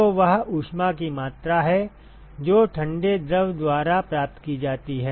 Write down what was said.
तो वह ऊष्मा की मात्रा है जो ठंडे द्रव द्वारा प्राप्त की जाती है